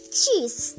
cheese